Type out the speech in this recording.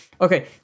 Okay